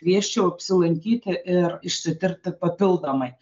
kviesčiau apsilankyti ir išsitirti papildomai